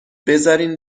بزارین